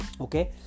Okay